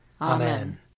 Amen